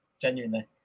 genuinely